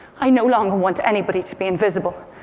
i no longer want anybody to be invisible.